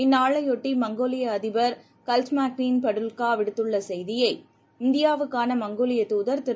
இந்நாளையொட்டி மங்கோலியஅதிபர் கல்ட்மாக்லின் படுல்காவிடுத்துள்ளசெய்தியை இந்தியாவுக்கான மங்கோலியதூதர் திரு